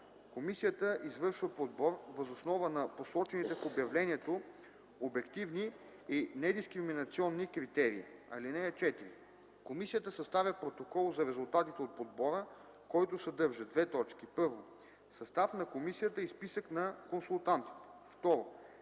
комисията извършва подбор въз основа на посочените в обявлението обективни и недискриминационни критерии. (4) Комисията съставя протокол за резултатите от подбора, който съдържа: 1. състав на комисията и списък на консултантите; 2.